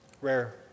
rare